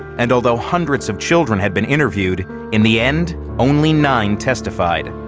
and, although hundreds of children had been interviewed, in the end, only nine testified.